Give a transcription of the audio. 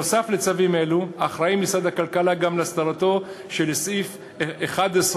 נוסף על צווים אלה אחראי משרד הכלכלה להסדרתו של סעיף 11(1)